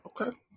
Okay